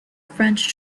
french